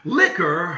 liquor